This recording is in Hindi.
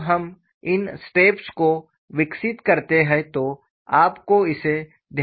जब हम इन स्टेप्स को विकसित करते हैं तो आपको इसे ध्यान में रखना होगा